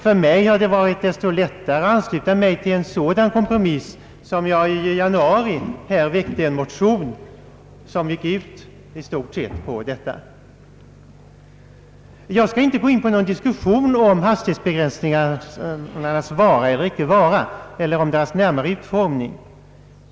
För mig har det varit så mycket lättare att ansluta mig till en sådan kompromiss som jag i januari väckte en motion som i stort sett gick ut på samma sak. Jag skall inte gå in på någon diskussion om = hastighetsbegränsningarnas vara eller icke vara, eller deras närmare utformning.